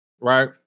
right